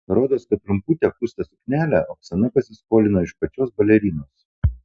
rodos kad trumputę pūstą suknelę oksana pasiskolino iš pačios balerinos